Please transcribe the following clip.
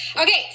okay